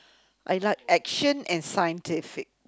I like action and scientific